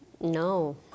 No